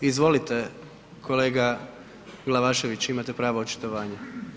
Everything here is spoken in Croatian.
Izvolite, kolega Glavašević, imate pravo na očitovanje.